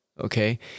okay